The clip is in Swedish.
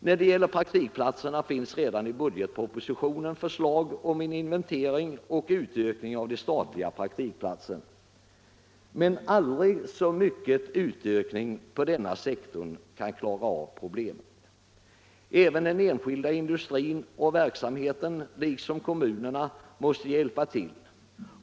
När det gäller praktikplatserna finns redan i budgetpropositionen ett förslag om en inventering och utökning av antalet statliga praktikplatser. Men inte ens en aldrig så stor utökning inom denna sektor kan klara av problemet. Även det enskilda näringslivet och kommunerna måste hjälpa till.